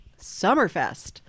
Summerfest